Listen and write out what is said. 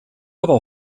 aber